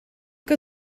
que